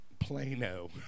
Plano